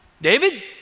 David